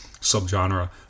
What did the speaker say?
subgenre